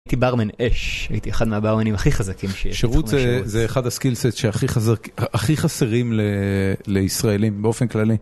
הייתי ברמן אש, הייתי אחד מהברמנים הכי חזקים שיש. שירות זה אחד הסקיל סט שהכי חסרים לישראלים באופן כללי.